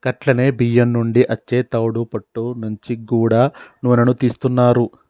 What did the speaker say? గట్లనే బియ్యం నుండి అచ్చే తవుడు పొట్టు నుంచి గూడా నూనెను తీస్తున్నారు